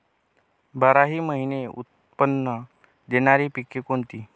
बाराही महिने उत्त्पन्न देणारी पिके कोणती?